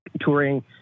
touring